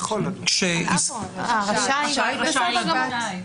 רשאי לדון.